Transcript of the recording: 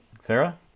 Sarah